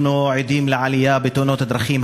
אנחנו עדים לעלייה בתאונות הדרכים.